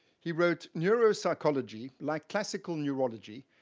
he wrote, neuropsychology, like classical neurology,